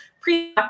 pre